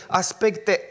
aspecte